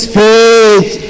faith